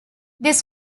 this